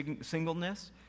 singleness